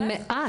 זה מעט.